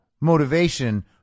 motivation